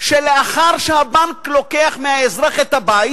שלאחר שהבנק לוקח מהאזרח את הבית